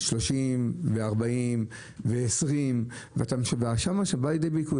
30 ו-40, ו-20 --- שמה שבא לידי ביטוי.